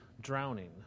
drowning